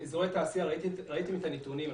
אזורי תעשייה ראיתם את הנתונים.